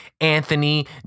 Anthony